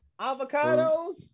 Avocados